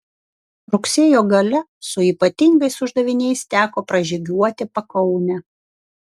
rugsėjo gale su ypatingais uždaviniais teko pražygiuoti pakaunę